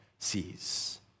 sees